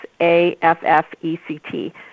A-F-F-E-C-T